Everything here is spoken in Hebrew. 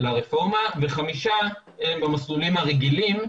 לרפורמה וחמישה הם במסלולים הרגילים,